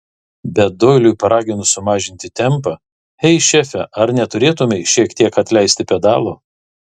bet doiliui paraginus sumažinti tempą ei šefe ar neturėtumei šiek tiek atleisti pedalo